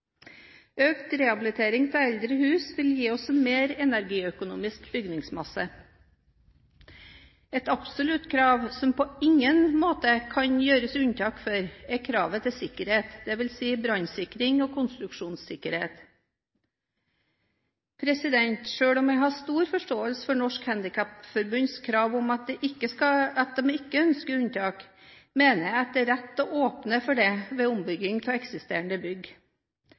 Økt rehabilitering av eldre hus vil gi oss en mer energiøkonomisk bygningsmasse. Et absolutt krav som det på ingen måte kan gjøres unntak for, er kravet til sikkerhet – dvs. brannsikring og konstruksjonssikkerhet. Selv om jeg har stor forståelse for Norges Handikapforbunds krav om at de ikke ønsker unntak, mener jeg det er riktig å åpne for det ved ombygging av eksisterende bygg.